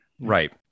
Right